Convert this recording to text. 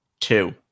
Two